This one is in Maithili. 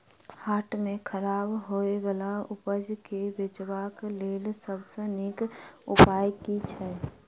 हाट मे खराब होय बला उपज केँ बेचबाक क लेल सबसँ नीक उपाय की अछि?